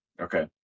Okay